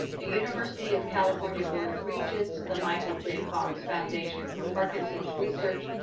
the university of california board of regents, the michael j. fox foundation for parkinson's research,